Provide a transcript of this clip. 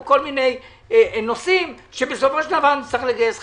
כל מיני נושאים שבסופו של דבר נגייס 50,